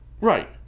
Right